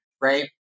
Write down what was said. right